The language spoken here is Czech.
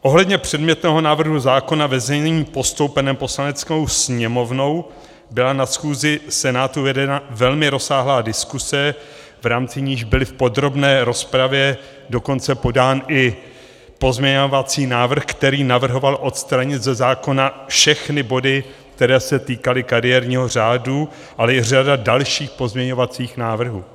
Ohledně předmětného návrhu zákona ve znění postoupeném Poslaneckou sněmovnou byla na schůzi Senátu vedena velmi rozsáhlá diskuze, v rámci níž byl v podrobné rozpravě dokonce podán i pozměňovací návrh, který navrhoval odstranit ze zákona všechny body, které se týkaly kariérního řádu, ale i řada dalších pozměňovacích návrhů.